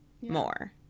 more